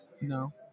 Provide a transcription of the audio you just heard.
No